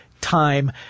time